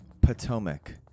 potomac